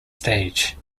stage